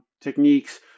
techniques